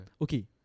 Okay